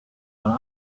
but